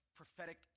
prophetic